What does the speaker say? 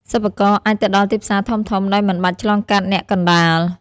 សិប្បករអាចទៅដល់ទីផ្សារធំៗដោយមិនបាច់ឆ្លងកាត់អ្នកកណ្តាល។